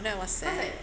that was sad